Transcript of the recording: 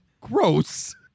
Gross